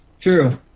True